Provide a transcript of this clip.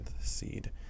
seed